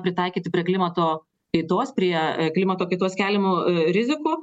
pritaikyti prie klimato kaitos prie klimato kaitos keliamų rizikų